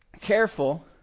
careful